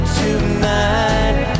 tonight